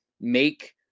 make